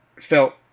felt